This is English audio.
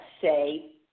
say